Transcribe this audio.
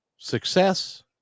success